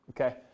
okay